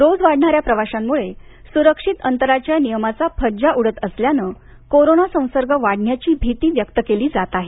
रोज वाढणा या प्रवाशांमुळे सुरक्षित अंतराच्या नियमाचा फज्जा उडत असल्याने कोरोना संसर्ग वाढण्याची भिती व्यक्त केली जाते आहे